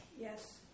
Yes